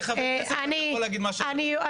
חבר כנסת ואני יכול להגיד מה שאני רוצה.